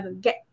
get